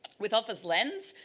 with office lens,